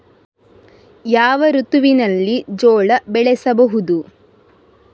ಯಾವ ಋತುವಿನಲ್ಲಿ ಜೋಳ ಬೆಳೆಸಬಹುದು?